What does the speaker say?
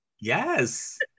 Yes